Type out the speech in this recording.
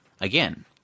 Again